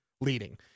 leading